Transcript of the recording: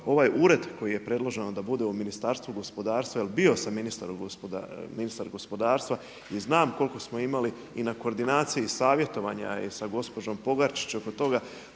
ovaj ured koji je predloženo da bude u Ministarstvu gospodarstva, jer bio sam ministar gospodarstva i znam koliko smo imali i na koordinaciji savjetovanja i sa gospođom Pogačić oko toga.